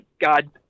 God